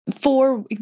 four